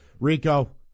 Rico